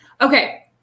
Okay